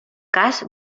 cas